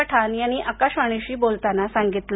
पठाण यांनी आकाशवाणीशी बोलताना सांगितले